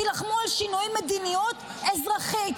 תילחמו על שינוי מדיניות אזרחית.